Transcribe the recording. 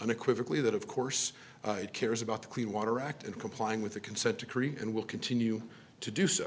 unequivocally that of course it cares about the clean water act and complying with the consent decree and will continue to do so